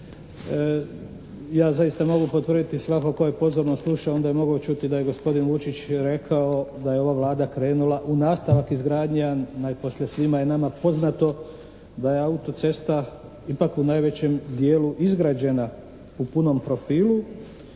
Ja zaista mogu potvrditi, svatko tko je pozorno slušao onda je mogao čuti da je gospodin Vučić rekao da je ova Vlada krenula u nastavak izgradnje, a najposlije svima je nama poznato da je autocesta ipak u najvećem dijelu izgrađena u punom profilu